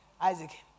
Isaac